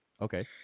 Okay